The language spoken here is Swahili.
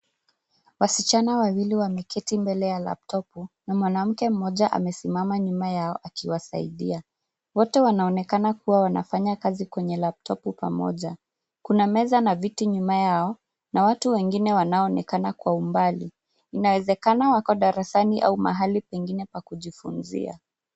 Wasichana wawili wameketi mbele ya laptopu [vs], na mwanamke mmoja amesimama nyuma yao akiwasaidia. Wote wanaonekana kuwa wanafanya kazi kwenye laptopu pamoja. Kuna meza na viti nyuma yao , na watu wengine waoonekana kwa umbali. Inawezekana wako darasani au mahali pengine pa kujifunzia.